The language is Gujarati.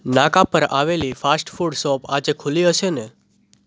નાકા પર આવેલી ફાસ્ટ ફૂડ શોપ આજે ખુલ્લી હશે ને